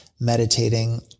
Meditating